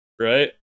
right